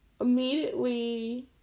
immediately